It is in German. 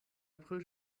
april